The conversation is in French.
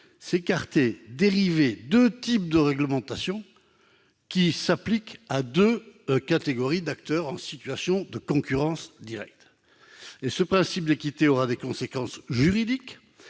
de laisser diverger deux types de réglementation s'appliquant à deux catégories d'acteurs en situation de concurrence directe. Ce principe d'équité aura ensuite des conséquences juridiques,